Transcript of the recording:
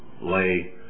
lay